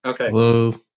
Okay